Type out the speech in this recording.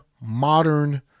modern